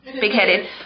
big-headed